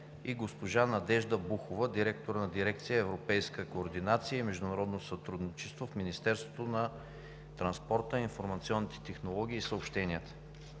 и госпожа Надежда Бухова – директор на Дирекция „Европейска координация и международно сътрудничество“ в Министерството на транспорта, информационните технологии и съобщенията.